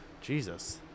Jesus